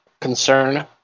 concern